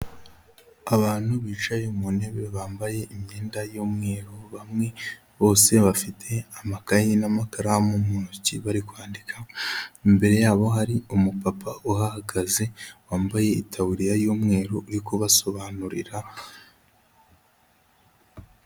Abantu bicaye mu ntebe bambaye imyenda y'umweru bamwe, bose bafite amakaye n'amakaramu mu ntoki bari kwandikamo, imbere yabo hari umupapa uhahagaze wambaye itaburiya y'umweru uri kubasobanurira.